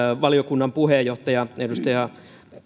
valiokunnan puheenjohtaja edustaja